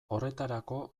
horretarako